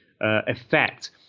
effect